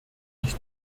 ich